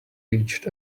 reached